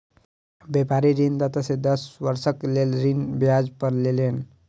व्यापारी ऋणदाता से दस वर्षक लेल ऋण ब्याज पर लेलैन